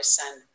send